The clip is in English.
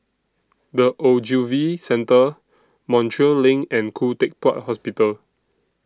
The Ogilvy Centre Montreal LINK and Khoo Teck Puat Hospital